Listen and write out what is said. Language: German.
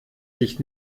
sich